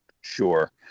Sure